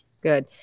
Good